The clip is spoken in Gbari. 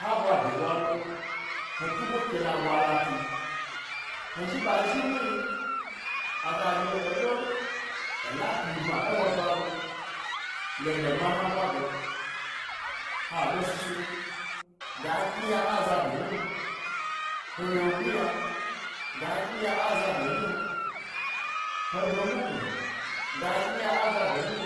Ha ɓwa bye ɓwa lo he tuko kela ɓwa latu he zhi ɓa zhi muhni aga ɗye eɓa ela pmyi bma e he ba lo, lo ɓe mana ɓwa ge, ha aɓe snu snu ga kniya aza do nyi'o he wyeguya ga kniya azado nyi'o, he ɓe mu mu, ga kni ya azado nyi'o,